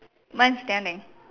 mine's standing